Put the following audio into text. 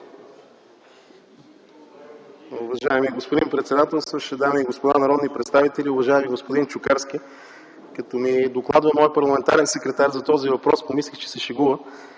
Уважаеми господин председателстващ, дами и господа народни представители! Уважаеми господин Чукарски, като ми докладва моят парламентарен секретар за този въпрос помислих, че се шегува.